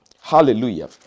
Hallelujah